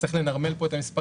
צריך לנרמל פה את המספרים,